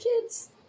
kids